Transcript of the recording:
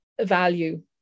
value